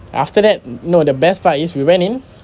after that no the best part is we went in